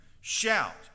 Shout